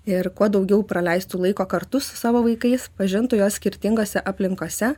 ir kuo daugiau praleistų laiko kartu su savo vaikais pažintų juos skirtingose aplinkose